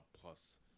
Plus